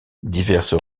diverses